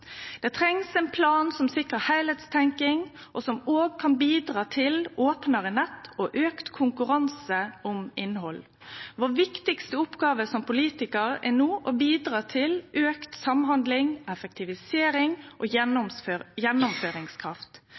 Det trengst ein plan som sikrar heilskapleg tenking, og som kan bidra til eit meir ope nett og auka konkurranse om innhald. Vår viktigaste oppgåve som politikarar er no å bidra til auka samhandling, effektivisering og gjennomføringskraft.